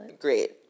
great